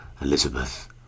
Elizabeth